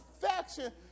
perfection